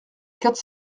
quatre